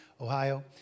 Ohio